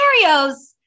scenarios